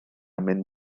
mynd